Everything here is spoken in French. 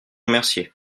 remercier